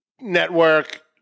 Network